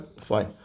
fine